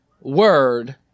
word